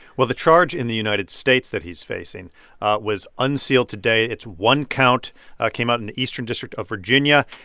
well, the charge in the united states that he's facing was unsealed today. it's one count ah came out in the eastern district of virginia.